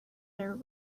their